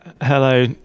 Hello